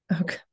Okay